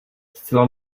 zcela